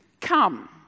come